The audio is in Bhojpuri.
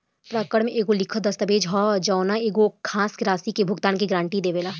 परक्रमय एगो लिखित दस्तावेज ह जवन एगो खास राशि के भुगतान के गारंटी देवेला